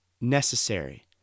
necessary